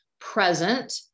present